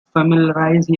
familiarize